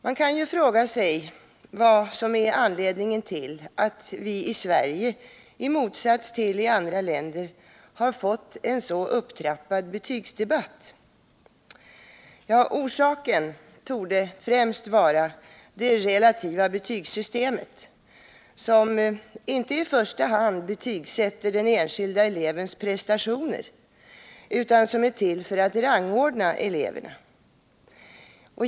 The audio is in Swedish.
Man kan fråga sig vad som är anledningen till att vi i Sverige i motsats till vad som är fallet i andra länder har fått en så upptrappad betygsdebatt. Orsaken torde främst vara det relativa betygssystemet, som inte i första hand betygsätter den enskilda elevens prestationer utan som är till för att rangordna eleverna.